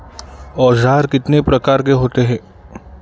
औज़ार कितने प्रकार के होते हैं?